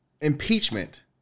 impeachment